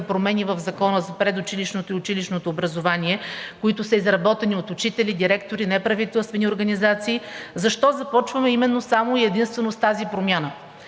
промени в Закона за предучилищното и училищното образование, които са изработени от учители, директори, неправителствени организации, защо започваме само и единствено с тази промяна?